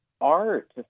art